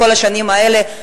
כל השנים האלה.